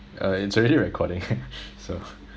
uh it's already recording so